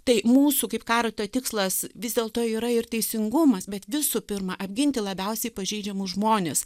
tai mūsų kaip karito tikslas vis dėlto yra ir teisingumas bet visų pirma apginti labiausiai pažeidžiamus žmones